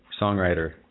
songwriter